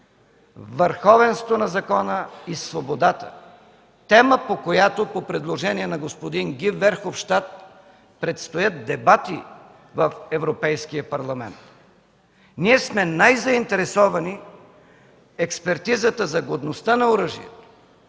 върховенството на закона и свободата – тема, по която по предложение на господин Ги Верховщад предстоят дебати в Европейския парламент. Ние сме най-заинтересовани експертизата за годността на оръжието